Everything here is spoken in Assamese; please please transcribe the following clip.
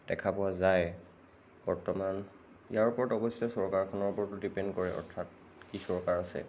দেখা পোৱা যায় বৰ্তমান ইয়াৰ ওপৰত অৱশ্যে চৰকাৰখনৰ ওপৰতো ডিপেণ্ড কৰে অৰ্থাৎ কি চৰকাৰ আছে